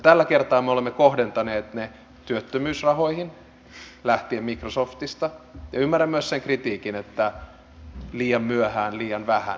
tällä kertaa me olemme kohdentaneet ne työttömyysrahoihin lähtien microsoftista ja ymmärrän myös sen kritiikin että liian myöhään liian vähän